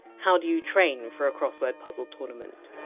how do you train for a crossword puzzle tournament?